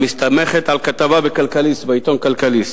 המסתמכת על כתבה בעיתון "כלכליסט",